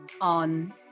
on